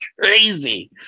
crazy